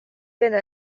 dena